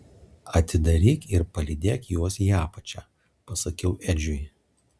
atidaryk ir palydėk juos į apačią pasakiau edžiui